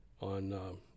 on